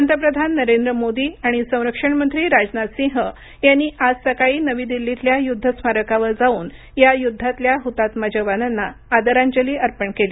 पंतप्रधान नरेंद्र मोदी आणि संरक्षण मंत्री राजनाथ सिंह यांनी आज सकाळी नवी दिल्लीतल्या युद्ध स्मारकावर जाऊन या युद्धातल्या हुतात्मा जवानांना आदरांजली अर्पण केली